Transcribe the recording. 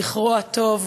זכרו לטוב,